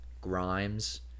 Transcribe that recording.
Grimes